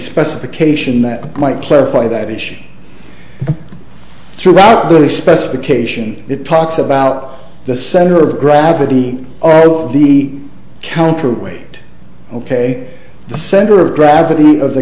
specification that might clarify that issue throughout the early specification it talks about the center of gravity are all of the counterweight ok the center of gravity of the